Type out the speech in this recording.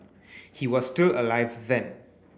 he was still alive then